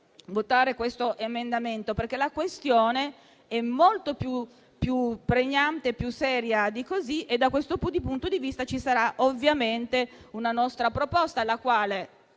votare questo emendamento, perché la questione è molto più pregnante e più seria di così. Da questo punto di vista, vi sarà ovviamente una nostra proposta di legge,